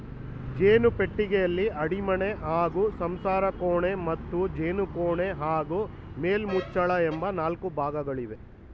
ಜೇನು ಪೆಟ್ಟಿಗೆಯಲ್ಲಿ ಅಡಿಮಣೆ ಹಾಗೂ ಸಂಸಾರಕೋಣೆ ಮತ್ತು ಜೇನುಕೋಣೆ ಹಾಗೂ ಮೇಲ್ಮುಚ್ಚಳ ಎಂಬ ನಾಲ್ಕು ಭಾಗಗಳಿವೆ